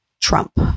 Trump